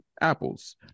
apples